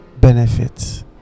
benefits